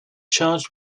charged